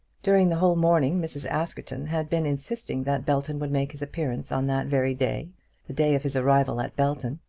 during the whole morning mrs. askerton had been insisting that belton would make his appearance on that very day the day of his arrival at belton,